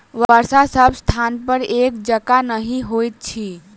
वर्षा सभ स्थानपर एक जकाँ नहि होइत अछि